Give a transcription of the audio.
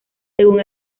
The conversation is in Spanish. según